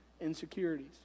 insecurities